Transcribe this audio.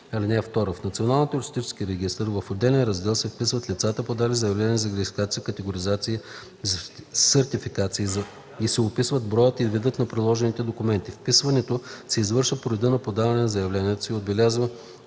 В Националния туристически регистър в отделен раздел се вписват лицата, подали заявления за регистрация, категоризация и за сертификация, и се описват броят и видът на приложените документи. Вписването се извършва по реда на подаване на заявленията и се отбелязва